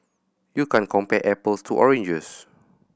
you can't compare apples to oranges